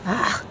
ugh